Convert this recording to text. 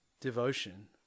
devotion